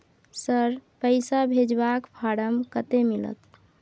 Sir, पैसा भेजबाक form कत्ते मिलत?